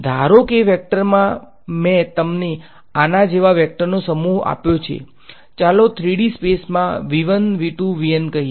ધારો કે વેક્ટરમાં મેં તમને આના જેવા વેક્ટરનો સમૂહ આપ્યો છે ચાલો 3D સ્પેસમાં કહીએ